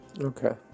Okay